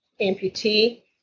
amputee